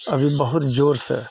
अभी बहुत जोरसँ